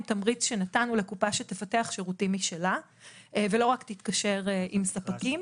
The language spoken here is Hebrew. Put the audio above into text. תמריץ שנתנו לקופה שתפתח שירותים משלה ולא רק תתקשר עם ספקים,